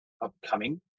upcoming